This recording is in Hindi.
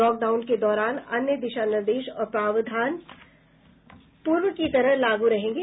लॉकडाउन के दौरान अन्य दिशा निर्देश और प्रावधान पूर्व की तरह लागू रहेंगे